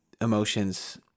emotions